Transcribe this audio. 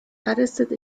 arrested